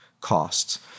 costs